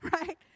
right